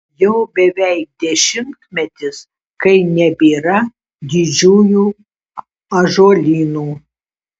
jau beveik dešimtmetis kai nebėra didžiųjų ąžuolynų